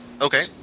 Okay